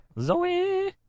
Zoe